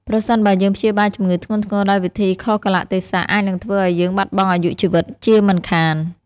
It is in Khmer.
ប្រសិនបើយើងព្យាបាលជំងឺធ្ងន់ធ្ងរដោយវិធីខុសកាលៈទេសៈអាចនឹងធ្វើឱ្យយើងបាត់បង់អាយុជីវិតជាមិនខាន។